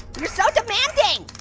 you're so demanding.